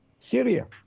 Syria